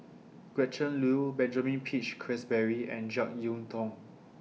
Gretchen Liu Benjamin Peach Keasberry and Jek Yeun Thong